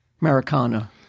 Americana